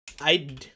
I-